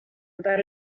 about